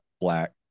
black